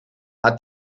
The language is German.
hat